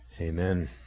Amen